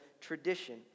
tradition